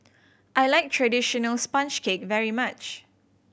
I like traditional sponge cake very much